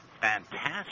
fantastic